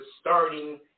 starting